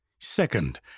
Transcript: Second